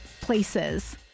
places